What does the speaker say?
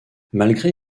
malgré